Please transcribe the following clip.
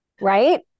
right